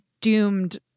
doomed